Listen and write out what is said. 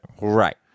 Right